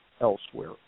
elsewhere